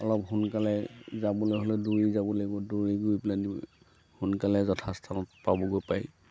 অলপ সোনকালে যাবলৈ হ'লে দৌৰি যাব লাগিব দৌৰি গৈ পেলানি সোনকালে যথাস্থানত পাবগৈ পাৰি